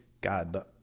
God